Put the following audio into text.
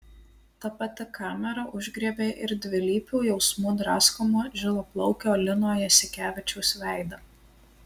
ta pati kamera užgriebė ir dvilypių jausmų draskomo žilaplaukio lino jasikevičiaus veidą